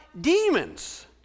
demons